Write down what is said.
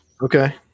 Okay